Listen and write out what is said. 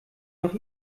noch